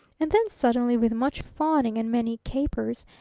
and then suddenly, with much fawning and many capers,